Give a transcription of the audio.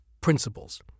Principles